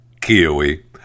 Kiwi